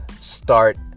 start